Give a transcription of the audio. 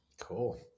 cool